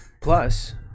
plus